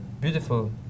beautiful